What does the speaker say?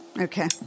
Okay